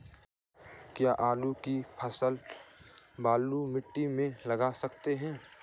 क्या आलू की फसल बलुई मिट्टी में लगा सकते हैं?